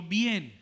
bien